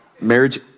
Marriage